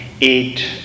eight